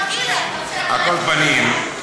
על כל פנים,